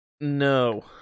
No